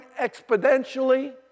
exponentially